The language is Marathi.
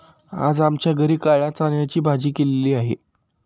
आज आमच्या घरी काळ्या चण्याची भाजी केलेली आहे